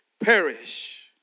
perish